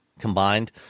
combined